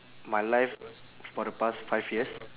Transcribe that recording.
my life for the past five years